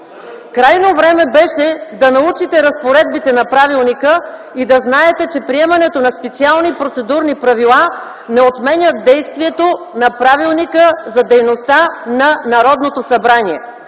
Крайно време беше да научите разпоредбите на правилника и да знаете, че приемането на специални процедурни правила не отменя действието на Правилника за организацията и дейността на Народното събрание.